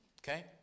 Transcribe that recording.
Okay